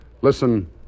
Listen